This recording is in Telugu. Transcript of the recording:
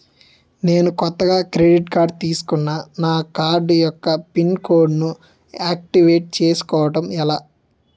నేను కొత్తగా క్రెడిట్ కార్డ్ తిస్కున్నా నా కార్డ్ యెక్క పిన్ కోడ్ ను ఆక్టివేట్ చేసుకోవటం ఎలా?